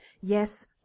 yes